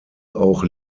auch